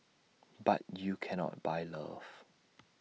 but you cannot buy love